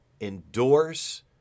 endorse